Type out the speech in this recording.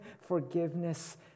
forgiveness